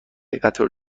قطار